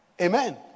Amen